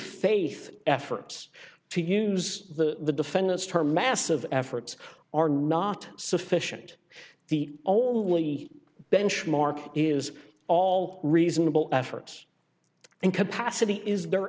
faith efforts to use the defendant's term massive efforts are not sufficient the only benchmark is all reasonable efforts and capacity is the